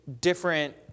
different